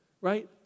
right